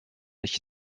ich